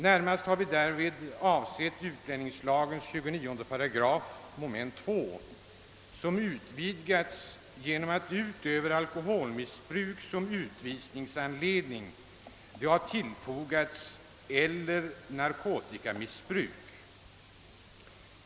Därvid har vi närmast avsett utlänningslagens 29 § mom. 2 som utvidgats på det sättet att utöver alkoholmissbruk som utvisningsanledning tillfogats orden »eller narkotikamissbruk».